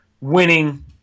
winning